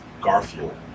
Garfield